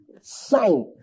sign